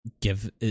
Give